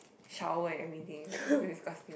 shower and everything disgusting